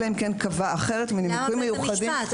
אלא אם כן קבע אחרת מנימוקים אחרים.